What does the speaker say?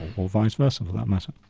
or vice-versa for that matter.